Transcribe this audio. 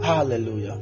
Hallelujah